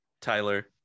Tyler